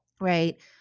right